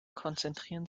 konzentrieren